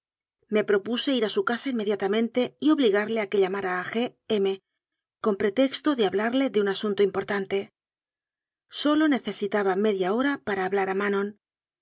me propuse ir a su casa inmediata mente y obligarle a que llamara a g m con pretexto de hablarle de un asunto importante sólo necesitaba media hora para hablar a manon